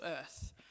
earth